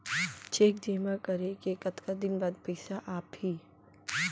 Cheque जेमा करे के कतका दिन बाद पइसा आप ही?